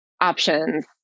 options